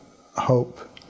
hope